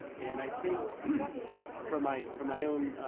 and i think from my from my own